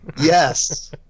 Yes